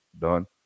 done